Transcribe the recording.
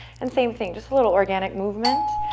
and same thing, just a little organic movement.